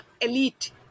elite